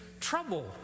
trouble